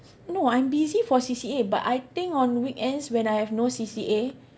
no I'm busy for C_C_A but I think on weekends when I have no C_C_A